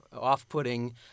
off-putting